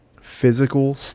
physical